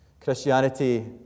Christianity